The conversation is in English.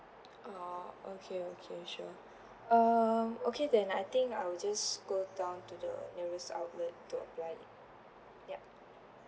oh okay okay sure um okay then I think I will just go down to the nearest outlet to apply it yup